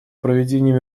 проведению